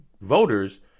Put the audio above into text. voters